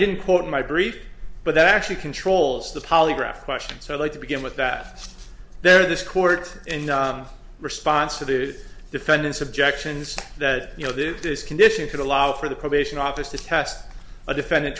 didn't quote my brief but that actually controls the polygraph question so i'd like to begin with that there this court in response to the defendant's objections that you know that this condition could allow for the probation office to cast a defendant